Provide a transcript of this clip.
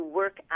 work